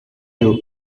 you